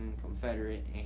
Confederate